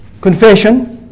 confession